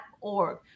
org